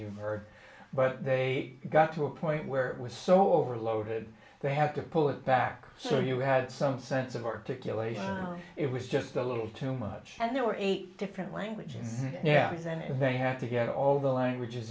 heard but they got to a point where it was so overloaded they have to pull it back so you had some sense of articulate it was just a little too much and there were eight different languages yabbies and they had to get all the languages